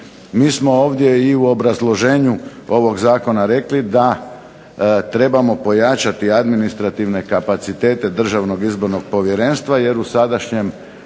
MI smo ovdje i u obrazloženju rekli da trebamo pojačati administrativne kapacitete Državnog izbornog povjerenstva jer u sadašnjem